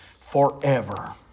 forever